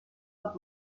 und